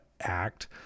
act